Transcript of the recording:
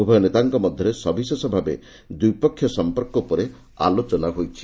ଉଭୟ ନେତାଙ୍କ ମଧ୍ୟରେ ସବିଶେଷ ଭାବେ ଦ୍ୱିପକ୍ଷିୟ ସମ୍ପର୍କ ଉପରେ ଆଲୋଚନା ହୋଇଛି